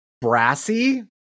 brassy